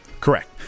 Correct